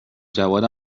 جواد